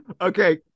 Okay